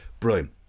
brilliant